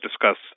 discuss